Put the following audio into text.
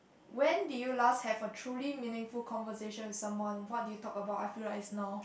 when did you last have a truly meaningful conversation with someone what do you talk about I feel like is now